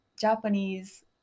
Japanese